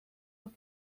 sus